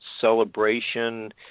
celebration